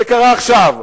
זה קרה עכשיו.